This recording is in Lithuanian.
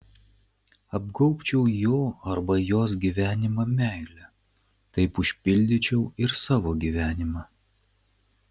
apgaubčiau jo arba jos gyvenimą meile taip užpildyčiau ir savo gyvenimą